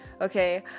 okay